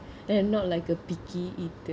then not like a picky eater